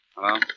Hello